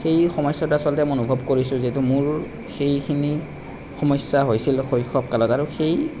সেই সমস্যাটো আচলতে মই অনুভৱ কৰিছোঁ যিহেতু মোৰ সেইখিনি সমস্যা হৈছিল শৈশৱ কালত আৰু সেই